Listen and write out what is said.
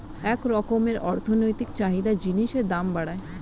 এক রকমের অর্থনৈতিক চাহিদা জিনিসের দাম বাড়ায়